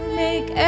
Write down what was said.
make